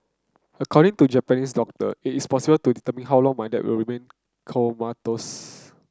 according to Japanese doctor it is impossible to determine how long my dad will remain comatose